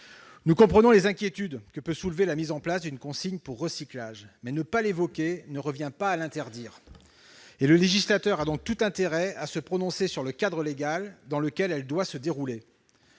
Nous comprenons les inquiétudes que peut soulever la mise en place d'une telle consigne. Mais ne pas l'évoquer ne revient pas à l'interdire. Le législateur a donc tout intérêt à se prononcer sur le cadre légal dans lequel elle doit se dérouler.